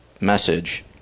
message